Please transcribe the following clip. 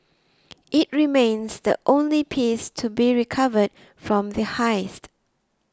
it remains the only piece to be recovered from the heist